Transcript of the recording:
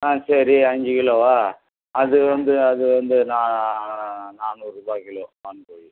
ஆ சரி அஞ்சு கிலோவாக அது வந்து அது வந்து நான் நானூறுரூபா கிலோ வான் கோழி